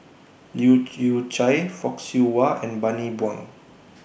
Leu Yew Chye Fock Siew Wah and Bani Buang